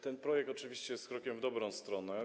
Ten projekt oczywiście jest krokiem w dobrą stronę.